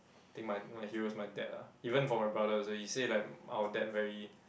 think my my hero is my dad lah even for my brother also he say like our dad very